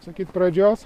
sakyt pradžios